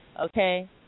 Okay